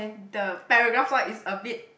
the paragraph one is a bit